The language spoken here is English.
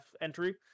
entry